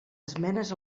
esmenes